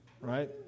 Right